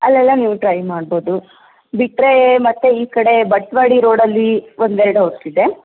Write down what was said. ಅಲ್ಲೆಲ್ಲ ನೀವು ಟ್ರೈ ಮಾಡ್ಬೋದು ಬಿಟ್ಟರೇ ಮತ್ತೆ ಈ ಕಡೆ ಬಟ್ವಾಡಿ ರೋಡಲ್ಲಿ ಒಂದು ಎರಡು ಹೋಟ್ಲಿದೆ